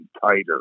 tighter